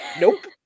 nope